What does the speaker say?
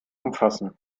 umfassen